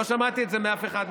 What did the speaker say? לא שמעתי את זה מאף אחד מכם.